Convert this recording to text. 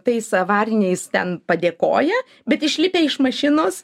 tais avariniais ten padėkoja bet išlipę iš mašinos